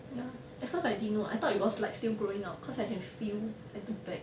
ya at first I didn't know I thought it was like still growing out cause I can feel at the back